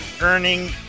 earning